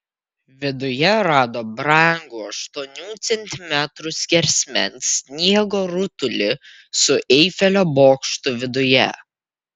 viduje rado brangų aštuonių centimetrų skersmens sniego rutulį su eifelio bokštu viduje